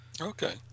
Okay